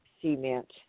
cement